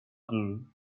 guru